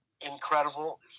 incredible